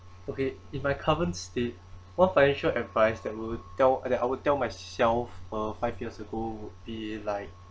okay in my current state what financial advice that will tell that I will tell myself uh five years ago would be like